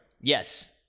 Yes